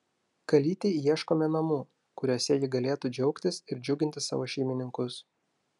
kalytei ieškome namų kuriuose ji galėtų džiaugtis ir džiuginti savo šeimininkus